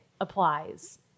applies